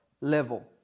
level